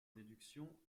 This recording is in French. déduction